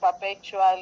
perpetually